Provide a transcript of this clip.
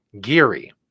Geary